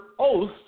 oath